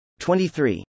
23